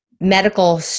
medical